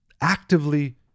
actively